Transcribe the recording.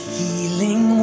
healing